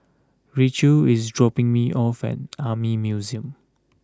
Racheal is dropping me off at Army Museum